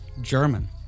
German